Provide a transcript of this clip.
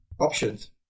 options